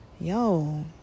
yo